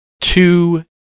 two